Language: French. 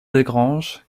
desgranges